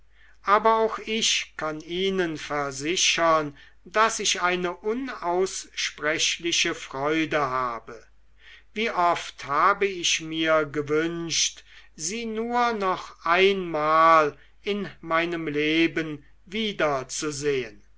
aber auch ich kann ihnen versichern daß ich eine unaussprechliche freude habe wie oft habe ich mir gewünscht sie nur noch einmal in meinem leben wiederzusehen